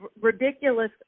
ridiculous